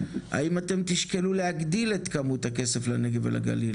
האם אתם תשקלו להגדיל את כמות הכסף לנגב ולגליל?